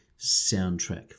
soundtrack